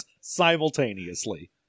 simultaneously